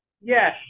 Yes